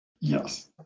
Yes